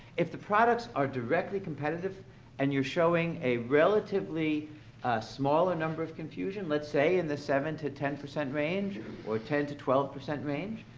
if the products are directly competitive and you're showing a relatively smaller number of confusion, let's say in the seven to ten percent range or ten to twelve percent range,